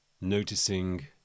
noticing